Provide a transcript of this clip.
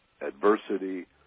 adversity